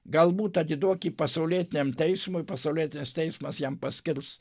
galbūt atiduok jį pasaulietiniam teismui pasaulietinis teismas jam paskirs